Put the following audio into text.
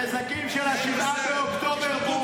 הנזקים של 7 באוקטובר ברורים.